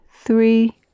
three